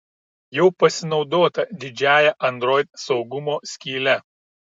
jau pasinaudota didžiąja android saugumo skyle